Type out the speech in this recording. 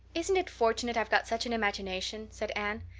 isn't it fortunate i've got such an imagination? said anne.